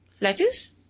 Lettuce